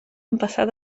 empassar